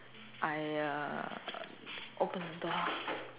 I uh open the door